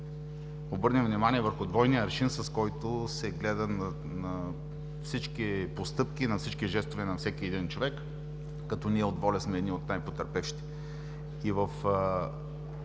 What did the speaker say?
обърнем внимание върху двойния аршин, с който се гледа на всички постъпки и на всички жестове на всеки един човек, като ние от „Воля“ сме едни от най-потърпевшите,